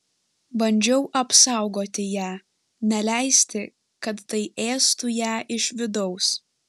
bandžiau apsaugoti ją neleisti kad tai ėstų ją iš vidaus